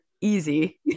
easy